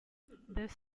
this